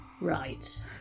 Right